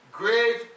great